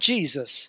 Jesus